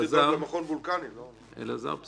היה דיון עקרוני בשבוע שעבר, אלעזר.